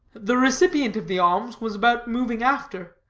the recipient of the alms was about moving after,